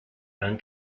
han